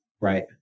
Right